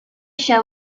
show